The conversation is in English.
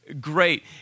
great